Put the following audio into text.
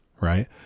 right